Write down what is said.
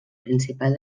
principal